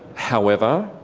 however.